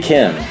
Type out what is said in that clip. Kim